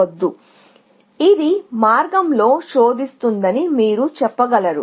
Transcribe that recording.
ఇప్పుడు ఇది పాత్ లో శోధిస్తుందని మీరు చెప్పగలరు